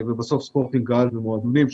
ובסוף ספורט עם קהל ומועדונים,